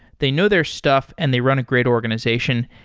they know their stuff and they run a great organization.